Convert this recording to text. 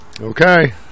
Okay